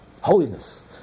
holiness